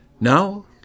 Now